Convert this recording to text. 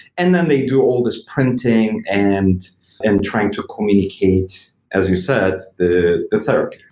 and then they do all these printing and and trying to communicate, as you said, the the therapy.